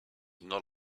not